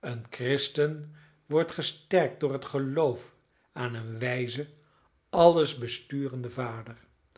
een christen wordt gesterkt door het geloof aan een wijzen allesbesturenden vader